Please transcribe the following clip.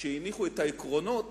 שהניחו את העקרונות